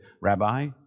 Rabbi